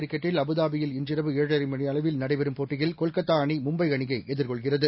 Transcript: கிரிக்கெ ட்டில் அபுதாபியில்இன்றிரவுஏழரைமணியளவில்நடைபெறும்போட் டியில் கொல்கத்தாஅணி மும்பைஅணியைஎதிர்கொள்கிறது